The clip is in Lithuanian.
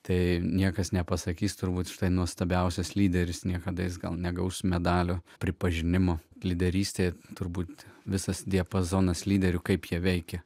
tai niekas nepasakys turbūt štai nuostabiausias lyderis niekada jis gal negaus medalio pripažinimo lyderystė turbūt visas diapazonas lyderių kaip jie veikia